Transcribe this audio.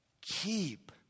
keep